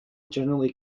generally